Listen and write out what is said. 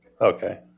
Okay